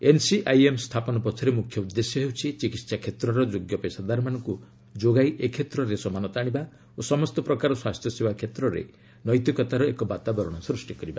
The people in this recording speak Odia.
ଏନ୍ସିଆଇଏମ୍ ସ୍ଥାପନ ପଛରେ ମୁଖ୍ୟ ଉଦ୍ଦେଶ୍ୟ ହେଉଛି ଚିକିତ୍ସା କ୍ଷେତ୍ରର ଯୋଗ୍ୟ ପେସାଦାରମାନଙ୍କର ଯୋଗାଇ ଏ କ୍ଷେତ୍ରରେ ସମାନତା ଆଣିବା ଓ ସମସ୍ତ ପ୍ରକାର ସ୍ୱାସ୍ଥ୍ୟସେବା କ୍ଷେତ୍ରରେ ନୈତିକତାର ଏକ ବାତାବରଣ ସୃଷ୍ଟି କରିବା